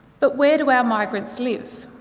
but where do our migrants live?